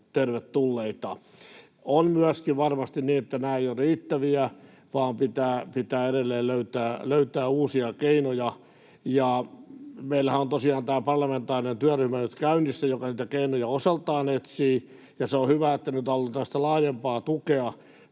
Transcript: tervetulleita. On myöskin varmasti niin, että nämä eivät ole riittäviä, vaan pitää edelleen löytää uusia keinoja. Meillähän on tosiaan nyt käynnissä tämä parlamentaarinen työryhmä, joka niitä keinoja osaltaan etsii, ja se on hyvä, että nyt on tällaista laajempaa tukea